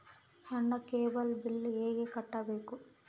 ನನ್ನ cable bill ಹೆಂಗ ಕಟ್ಟಬೇಕು?